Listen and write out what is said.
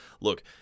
look